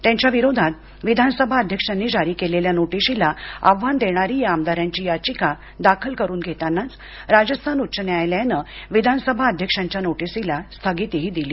त्यांच्या विरोधात विधान सभा अध्यक्षांनी जारी केलेल्या नोटिशीला आव्हान देणारी या आमदारांची याचिका दाखल करून घेतानाच राजस्थान उच्च न्यायालयांन विधानसभा अध्यक्षांच्या नोटीसीला स्थगितीही दिली